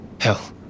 Hell